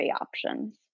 options